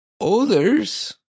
others